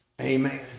Amen